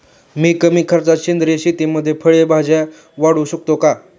मी कमी खर्चात सेंद्रिय शेतीमध्ये फळे भाज्या वाढवू शकतो का?